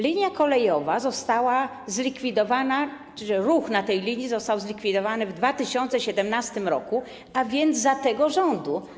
Linia kolejowa została zlikwidowana, ruch na tej linii został zlikwidowany w 2017 r., a więc za tego rządu.